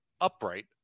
upright